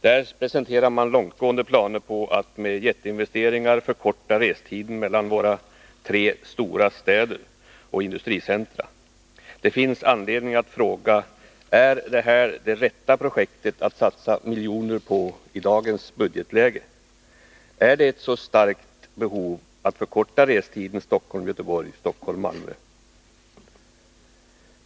Där presenterade man långtgående planer på att med jätteinvesteringar förkorta restiden mellan våra tre stora städer och industricentra. Det finns anledning att fråga: Är det här det rätta projektet att satsa miljoner på i dagens budgetläge? Finns det ett så starkt behov att förkorta restiden Stockholm-Göteborg och Stockholm-Malmö?